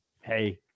Hey